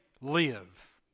live